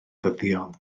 ddyddiol